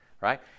right